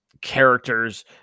characters